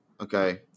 okay